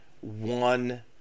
one